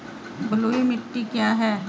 बलुई मिट्टी क्या है?